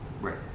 right